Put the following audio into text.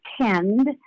tend